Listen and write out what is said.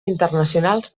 internacionals